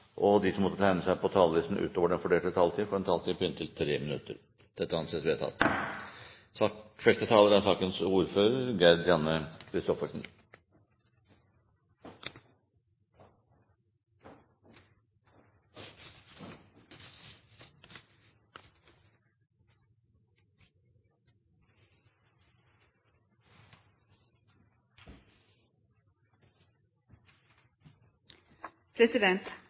at de som måtte tegne seg på talerlisten utover den fordelte taletid, får en taletid på inntil 3 minutter. – Det anses vedtatt. Finansmarknadsmeldinga er